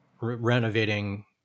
renovating